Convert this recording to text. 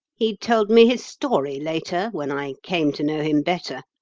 he told me his story later, when i came to know him better.